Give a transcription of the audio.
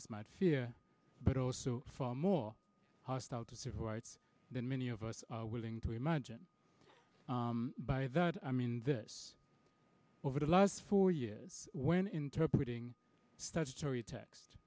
us might fear but also far more hostile to civil rights than many of us willing to imagine by that i mean this over the last four years when interpret statutory text